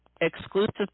exclusive